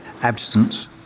abstinence